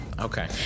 Okay